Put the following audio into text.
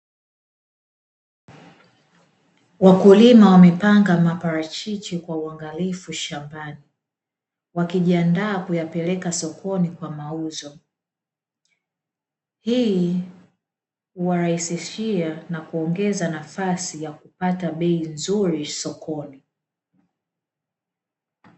Wakulima wamepanga maparachichi kwa uangalifu shambani wakijiandaa kuyapeleka sokoni kwa mauzo. Hii huwalahisishia na kuongeza nafasi ya kupata bei nzuri sokoni.